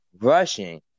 rushing